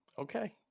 Okay